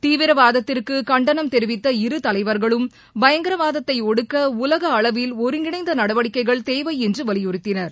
தீவிரவாதத்திற்கு கண்டனம் தெரிவித்த இரு தலைவர்களும் பயங்கரவாதத்தை ஒடுக்க உலக அளவில் ஒருங்கிணைந்த நடவடிக்கைகள் தேவை என்று வலியுறுத்தினர்